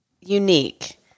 unique